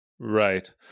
Right